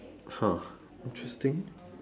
!huh! interesting